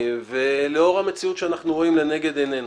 לאור המציאות שאנחנו רואים לנגד עינינו.